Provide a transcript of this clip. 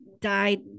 Died